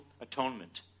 atonement